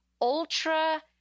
ultra-